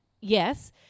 yes